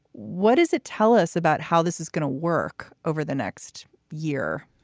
what does it tell us about how this is going to work over the next year?